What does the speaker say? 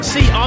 See